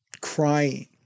crying